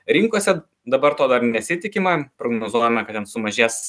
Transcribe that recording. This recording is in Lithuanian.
rinkose dabar to dar nesitikima prognozuojama kad ten sumažės